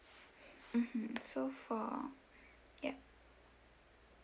mmhmm so for ya